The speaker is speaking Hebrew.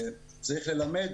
אפשר לעשות גם תוכניות בהתנדבות.